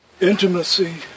Intimacy